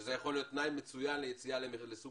שזה יכול להיות תנאי מצוין ליציאה לסוג